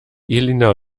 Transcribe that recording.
elina